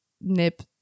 nip